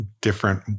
different